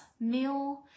meal